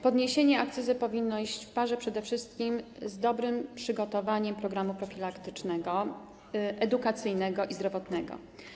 Podniesienie akcyzy powinno iść w parze przede wszystkim z dobrym przygotowaniem programu profilaktycznego, edukacyjnego i zdrowotnego.